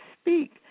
speak